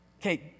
okay